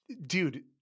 dude